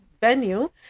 venue